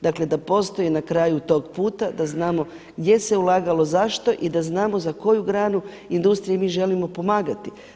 Dakle, da postoji na kraju tog puta da znamo gdje se ulagalo, zašto i da znamo za koju granu industrije mi želimo pomagati.